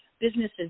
businesses